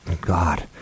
God